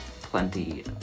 plenty